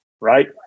right